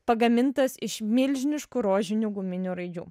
pagamintas iš milžiniškų rožinių guminių raidžių